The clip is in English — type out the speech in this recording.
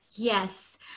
Yes